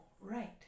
right